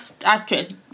actress